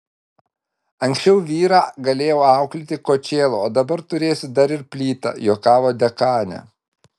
anksčiau vyrą galėjau auklėti kočėlu o dabar turėsiu dar ir plytą juokavo dekanė